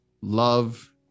Love